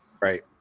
Right